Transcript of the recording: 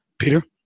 Peter